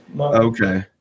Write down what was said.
Okay